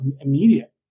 immediate